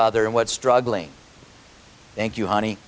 other and what struggling thank you honey